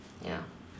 ya